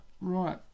Right